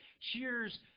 cheers